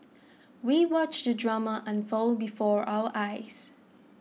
we watched the drama unfold before our eyes